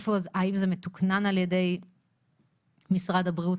האם זה מתוכנן על ידי משרד הבריאות,